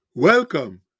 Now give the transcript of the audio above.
Welcome